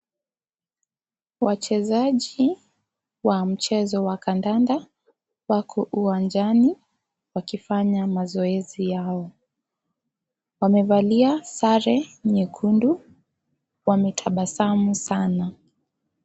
Wachezaji, wa mchezo wa kandanda. Wako uwanjani, wakifanya mazoezi yao. Wamevalia sare nyekundu. Wametabasamu sana.